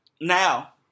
Now